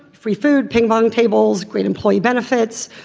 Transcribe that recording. free food ping pong tables great employee benefits.